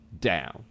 down